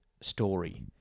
story